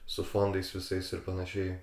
su fondais visais ir panašiai